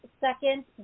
second